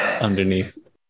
underneath